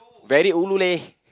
very ulu leh